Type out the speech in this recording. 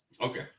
Okay